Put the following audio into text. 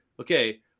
okay